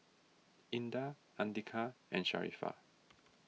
Indah andika and Sharifah